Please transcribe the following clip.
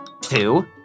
two